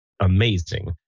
amazing